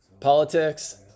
Politics